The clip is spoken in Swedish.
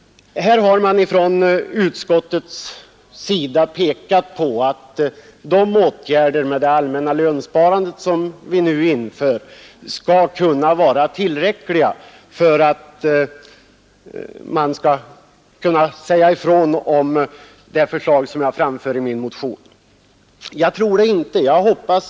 Utskottet pekar på att de åtgärder för det allmänna lönsparandet som nu kommer att införas skall vara tillräckliga och avstyrker därför min motion. Jag tror emellertid inte att de åtgärderna är tillräckliga.